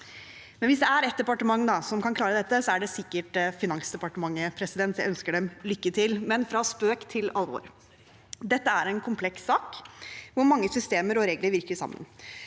nede. Hvis det er ett departement som kan klare dette, er det sikkert Finansdepartementet, så jeg ønsker dem lykke til! Fra spøk til alvor – dette er en kompleks sak hvor mange systemer og regler virker sammen.